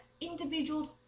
individuals